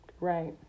Right